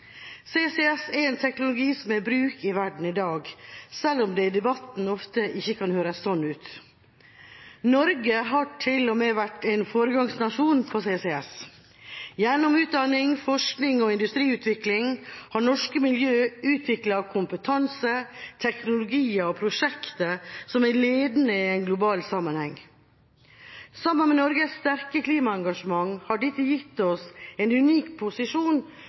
CCS er en teknologi som er i bruk i verden i dag, selv om det i debatten ofte ikke høres sånn ut. Norge har til og med vært en foregangsnasjon på CCS. Gjennom utdanning, forskning og industriutvikling har norske miljøer utviklet kompetanse, teknologier og prosjekter som er ledende i en global sammenheng. Sammen med Norges sterke klimaengasjement har dette gitt oss en unik posisjon